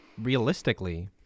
realistically